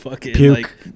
Puke